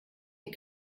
die